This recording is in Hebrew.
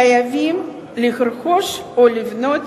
חייבים לרכוש או לבנות